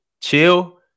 chill